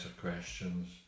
questions